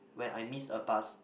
when I miss a bus